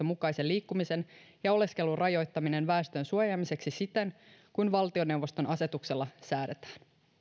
mukaisen liikkumisen ja oleskelun rajoittamisen väestön suojaamiseksi siten kuin valtioneuvoston asetuksella säädetään